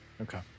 okay